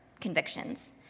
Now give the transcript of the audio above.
convictions